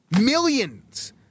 Millions